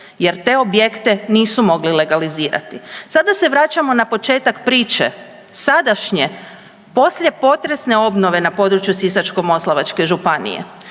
jer te objekte nisu mogli legalizirati. Sada se vraćamo na početak priče sadašnje poslijepotresne obnove na području Sisačko-moslavačke županije.